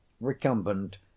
recumbent